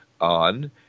on